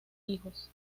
hijos